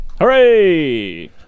Hooray